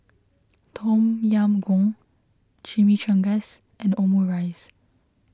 Tom Yam Goong Chimichangas and Omurice